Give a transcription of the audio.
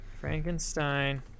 Frankenstein